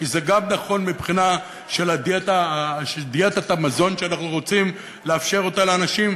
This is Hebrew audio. כי זה גם נכון מבחינת דיאטת המזון שאנחנו רוצים לאפשר לאנשים,